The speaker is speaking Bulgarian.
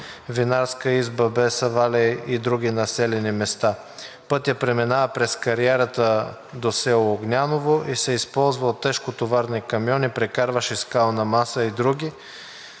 винарската изба „Беса Валей“ и други населени места. Пътят преминава през кариерата до село Огняново и се използва от тежки товарни камиони, прекарващи скална маса и други.